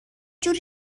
جوری